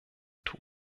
tun